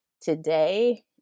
today